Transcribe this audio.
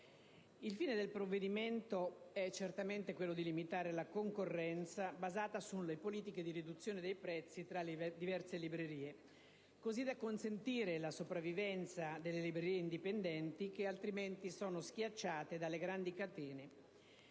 il fine del provvedimento è certamente quello di limitare la concorrenza basata sulle politiche di riduzione dei prezzi tra le diverse librerie, così da consentire la sopravvivenza delle librerie indipendenti che altrimenti sarebbero schiacciate dalle grandi catene.